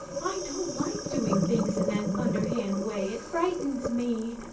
i don't like doing things in that underhand way it frightens me.